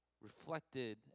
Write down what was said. reflected